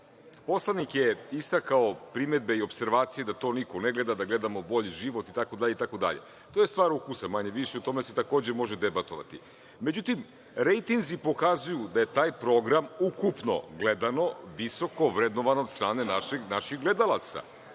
servisa. Poslanik je istakao primedbe i opservacije da to niko ne gleda, da gledamo „Bolji život“, itd. To je stvar ukusa, manje-više, i o tome se takođe može debatovati. Međutim, rejtinzi pokazuju da je taj program ukupno gledano visoko vrednovan od strane naših gledalaca.